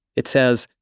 it says,